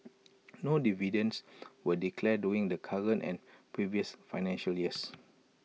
no dividends were declared during the current and previous financial years